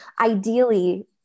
ideally